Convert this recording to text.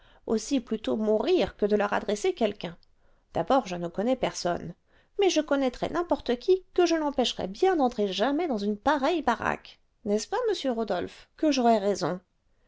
aussi plutôt mourir que de leur adresser quelqu'un d'abord je ne connais personne mais je connaîtrais n'importe qui que je l'empêcherais bien d'entrer jamais dans une pareille baraque n'est-ce pas monsieur rodolphe que j'aurais raison